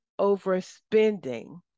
overspending